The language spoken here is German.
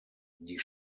die